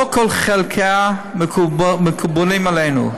לא כל חלקיה מקובלים עלינו,